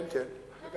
כן, כן.